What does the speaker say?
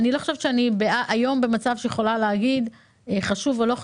אני לא חושבת שאני היום במצב שאני יכולה להגיד "חשוב" או "לא חשוב",